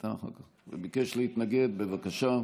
בבקשה.